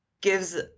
gives –